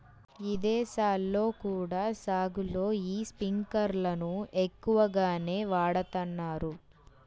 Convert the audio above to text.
ఇదేశాల్లో కూడా సాగులో యీ స్పింకర్లను ఎక్కువగానే వాడతన్నారు